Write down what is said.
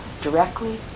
directly